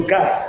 God